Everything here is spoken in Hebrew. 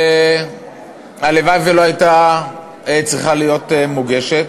הלוואי שלא הייתה צריכה להיות מוגשת.